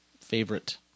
favorite